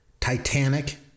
Titanic